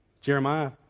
Jeremiah